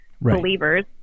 believers